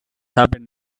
happened